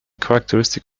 characteristic